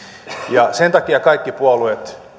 sen takia kaikki puolueet